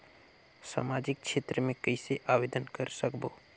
समाजिक क्षेत्र मे कइसे आवेदन कर सकबो?